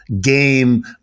game